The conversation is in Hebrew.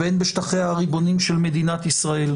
והן בשטחיה הריבוניים של מדינת ישראל,